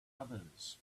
others